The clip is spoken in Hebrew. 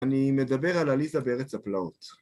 אני מדבר על אליסה בארץ הפלאות.